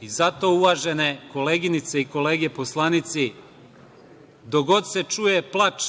I zato, uvažene koleginice i kolege poslanici, dok god se čuje plač